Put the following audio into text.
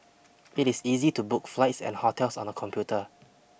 it is easy to book flights and hotels on the computer